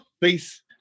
please